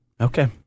Okay